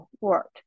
work